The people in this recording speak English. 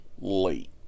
late